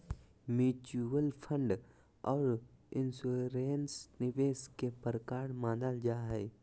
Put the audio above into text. mutual fund आर insurance निवेश के प्रकार मानल जा हय